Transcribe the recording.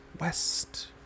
West